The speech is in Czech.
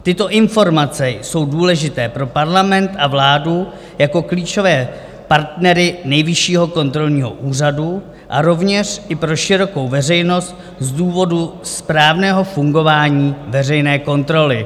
Tyto informace jsou důležité pro parlament a vládu jako klíčové partnery Nejvyššího kontrolního úřadu a rovněž i pro širokou veřejnost z důvodu správného fungování veřejné kontroly.